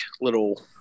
little